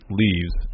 leaves